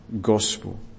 gospel